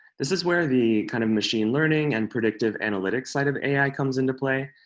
this is where the kind of machine learning and predictive analytics side of ai comes into play,